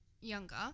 younger